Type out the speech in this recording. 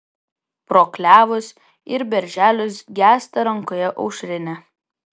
pro klevus ir berželius gęsta rankoje aušrinė